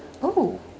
oh